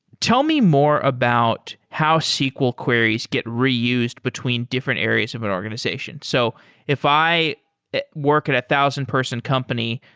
tell me more about how sql queries get reused between different areas of an organization. so if i work at a thousand-person company,